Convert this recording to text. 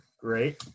great